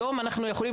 היום אנחנו יכולים